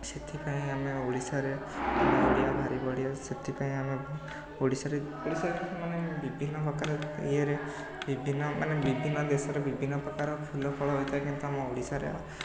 ସେଥିପାଇଁ ଆମେ ଓଡ଼ିଶାରେ ଆମେ ଓଡ଼ିଆ ଭାରି ବଢ଼ିଆ ସେଥିପାଇଁ ଆମେ ଓଡ଼ିଶାରେ ଓଡ଼ିଶାରେ ମାନେ ବିଭିନ୍ନ ପ୍ରକାର ଇଏରେ ବିଭିନ୍ନ ମାନେ ବିଭିନ୍ନ ଦେଶରେ ବିଭିନ୍ନ ପ୍ରକାର ଫୁଲଫଳ ହୋଇଥାଏ କିନ୍ତୁ ଆମ ଓଡ଼ିଶାରେ